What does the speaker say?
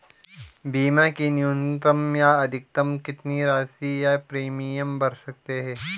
बीमा की न्यूनतम या अधिकतम कितनी राशि या प्रीमियम भर सकते हैं?